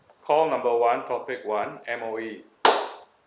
call number one topic one M_O_E